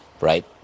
right